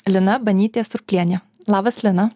lina banytė surplienė labas lina